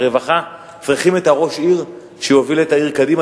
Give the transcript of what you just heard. הרווחה צריכים את ראש העיר שיוביל את העיר קדימה,